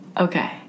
Okay